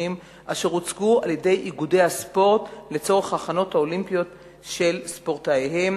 אשר הוצגו על-ידי איגודי הספורט לצורך ההכנות האולימפיות של ספורטאיהם